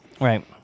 right